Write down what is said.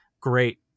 great